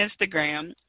Instagram